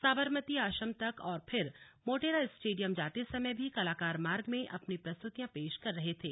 साबरमती आश्रम तक और फिर मोटेरा स्टेडियम जाते समय भी कलाकार मार्ग में अपनी प्रस्तुतियां पेश कर रहे थे